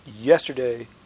yesterday